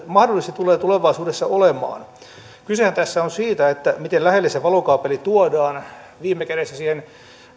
mahdollisesti tulevat tulevaisuudessa olemaan kysehän tässä on siitä miten lähelle se valokaapeli tuodaan viime kädessä siihen